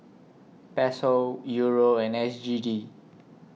Peso Euro and S G D